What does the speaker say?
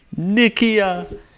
Nikia